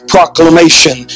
Proclamation